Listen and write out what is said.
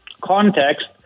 context